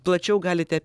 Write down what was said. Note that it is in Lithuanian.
plačiau galite